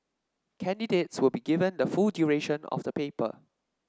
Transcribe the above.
candidates would be given the full duration of the paper